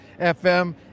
FM